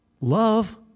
Love